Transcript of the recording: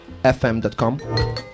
FM.com